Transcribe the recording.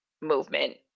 movement